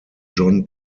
john